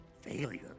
failure